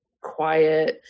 quiet